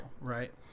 right